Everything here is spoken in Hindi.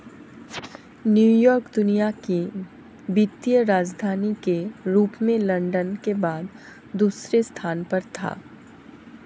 न्यूयॉर्क दुनिया की वित्तीय राजधानी के रूप में लंदन के बाद दूसरे स्थान पर था